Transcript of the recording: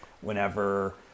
whenever